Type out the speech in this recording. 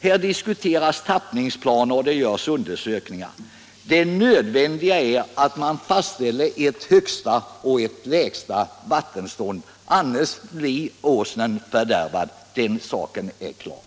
Här diskuteras tappningsplaner och det görs undersökningar; det nödvändiga är att man fastställer ett högsta och ett lägsta vattenstånd, annars blir Åsnen fördärvad, den saken är klar.